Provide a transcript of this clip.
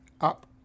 Up